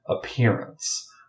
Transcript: appearance